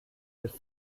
wird